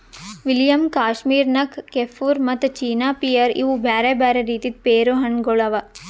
William, Kashmir ನಕ್, ಕೆಫುರ್ ಮತ್ತ ಚೀನಾ ಪಿಯರ್ ಇವು ಬ್ಯಾರೆ ಬ್ಯಾರೆ ರೀತಿದ್ ಪೇರು ಹಣ್ಣ ಗೊಳ್ ಅವಾ